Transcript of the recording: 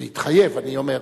התחייב, אני אומר,